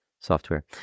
Software